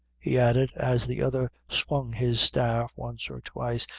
he added, as the other swung his staff once or twice,